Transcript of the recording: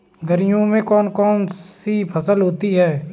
गर्मियों में कौन कौन सी फसल होती है?